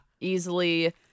easily